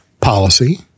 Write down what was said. policy